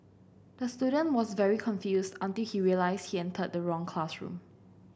the student was very confused until he realised he entered the wrong classroom